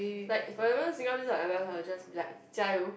like for example single piece of advice I'll just be like jiayou